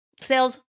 sales